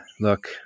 look